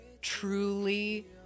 Truly